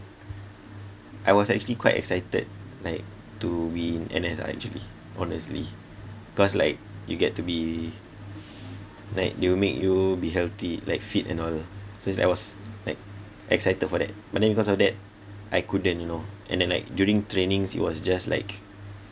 I was actually quite excited like to be in N_S ah actually honestly because like you get to be like they'll make you be healthy like fit and all so it's like I was like excited for that but then because of that I couldn't you know and then like during trainings it was just like